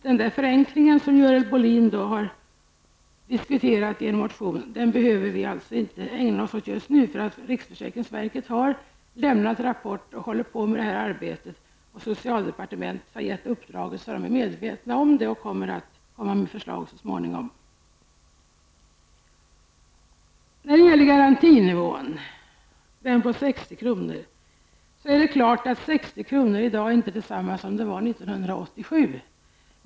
Den förenkling som Görel Bohlin har diskuterat i en motion behöver vi således inte ägna oss åt just nu, eftersom riksförsäkringsverket har lämnat rapporter och håller på med arbetet. Socialdepartementet har gett uppdraget så man är medveten om det. Förslag kommer så småningom. När det gäller garantinivån på 60 kr. är det klart att 60 kr. i dag inte är detsamma som det var år 1987.